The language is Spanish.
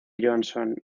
johnson